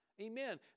Amen